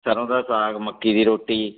ਸਰ੍ਹੋਂ ਦਾ ਸਾਗ ਮੱਕੀ ਦੀ ਰੋਟੀ